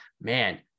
man